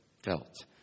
felt